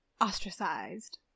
ostracized